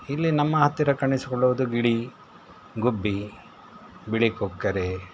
ಇಲ್ಲಿ ನಮ್ಮ ಹತ್ತಿರ ಕಾಣಿಸಿಕೊಳ್ಳುವುದು ಗಿಳಿ ಗುಬ್ಬಿ ಬಿಳಿ ಕೊಕ್ಕರೆ